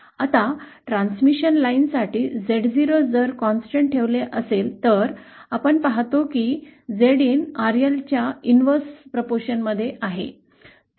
आता ट्रांसमिशन लाइनसाठी Z0 जर सतत ठेवले असेल तर आपण पाहतो की ZIn RLच्या व्यस्ततेशी संबंधित आहे